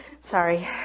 Sorry